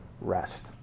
rest